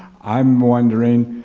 i'm wondering,